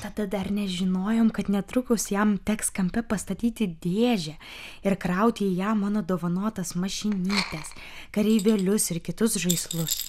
tada dar nežinojom kad netrukus jam teks kampe pastatyti dėžę ir krauti į ją mano dovanotas mašinytes kareivėlius ir kitus žaislus